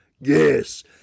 Yes